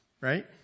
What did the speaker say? Right